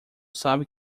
sabe